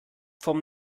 vom